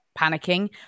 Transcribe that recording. panicking